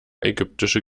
ägyptische